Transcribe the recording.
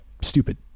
stupid